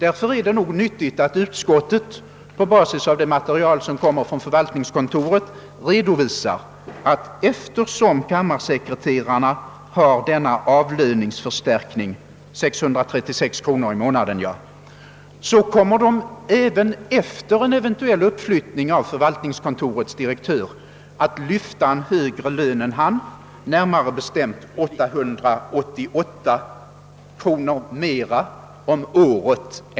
Därför är det nog riktigt när utskottet på basis av det material som kommer från förvaltningskontoret redovisar, att eftersom kammarsekreterarna har denna avlöningsförstärkning på 636 kronor i månaden kommer de även efter en eventuell uppflyttning av förvaltningskontorets direktör att lyfta en högre lön än denne, närmare bestämt 888 kronor mera om året.